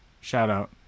shout-out